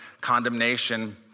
condemnation